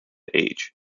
age